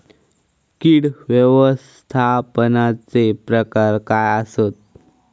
कीड व्यवस्थापनाचे प्रकार काय आसत?